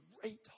great